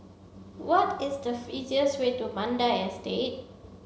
what is the easiest way to Mandai Estate